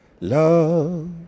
love